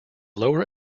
lower